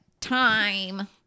time